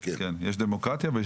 דמוקרטיה.